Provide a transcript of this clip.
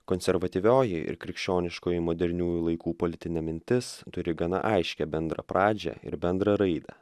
konservatyvioji ir krikščioniškoji moderniųjų laikų politinė mintis turi gana aiškią bendrą pradžią ir bendrą raidą